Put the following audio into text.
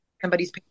somebody's